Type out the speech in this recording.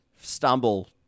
stumble